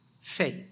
Faith